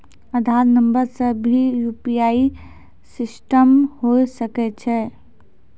आधार नंबर से भी यु.पी.आई सिस्टम होय सकैय छै?